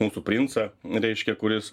mūsų princą reiškia kuris